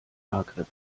maghreb